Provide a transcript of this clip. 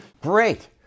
Great